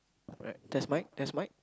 alright test mic test mic